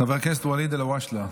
חבר הכנסת ואליד אלהואשלה,